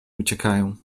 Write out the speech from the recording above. uciekają